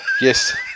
Yes